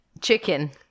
Chicken